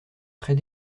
très